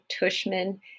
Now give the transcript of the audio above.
Tushman